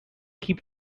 keep